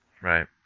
Right